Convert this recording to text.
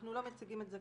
אנחנו לא מציגים את זה